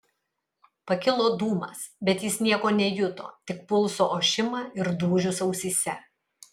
pakilo dūmas bet jis nieko nejuto tik pulso ošimą ir dūžius ausyse